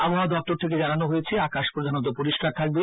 আবহাওয়া দপ্তর থেকে জানানো হয়েছে আকাশ প্রধানত পরিষ্কার থাকবে